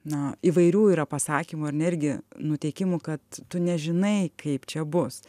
na įvairių yra pasakymų ar ne irgi nuteikimų kad tu nežinai kaip čia bus